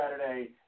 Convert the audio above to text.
Saturday